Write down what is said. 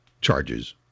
charges